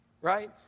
Right